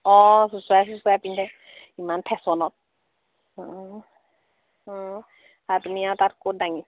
অঁ চুঁচৰাই চুঁচৰাই পিন্ধে ইমান ফেশ্বনত তুমি আৰু তাত ক'ত দাঙি